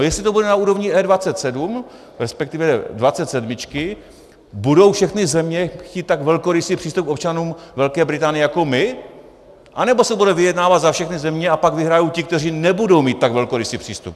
Jestli to bude na úrovni E27, resp. dvacetsedmičky, budou všechny země chtít tak velkorysý přístup k občanům Velké Británie jako my, nebo se bude vyjednávat za všechny země a pak vyhrají ti, kteří nebudou mít tak velkorysý přístup?